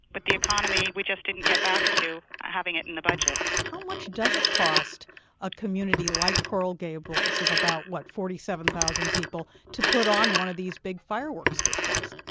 but the economy, we just didn't get back to having it in the budget how much does it cost a community like coral gables of about, what, forty seven thousand people, to put on one of these big fireworks displays?